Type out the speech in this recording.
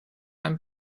einem